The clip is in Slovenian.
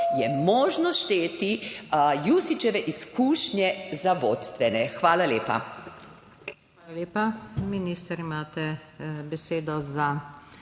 možno šteti Jušićeve izkušnje za vodstvene. Hvala lepa.